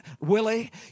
Willie